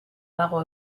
dago